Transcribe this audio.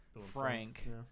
Frank